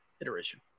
iteration